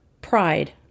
pride